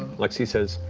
lexi says,